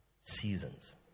seasons